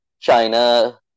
China